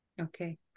Okay